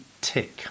tick